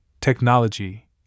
technology